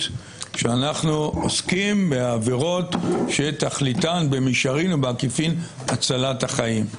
שאנחנו עוסקים בעבירות שתכליתן במישרין או בעקיפין הצלת החיים.